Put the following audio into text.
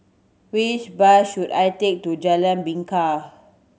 which bus should I take to Jalan Bingka